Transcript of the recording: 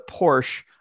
Porsche